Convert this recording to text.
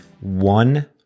One